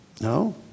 no